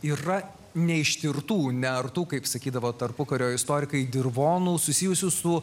yra neištirtų neartų kaip sakydavo tarpukario istorikai dirvonų susijusių su